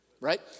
right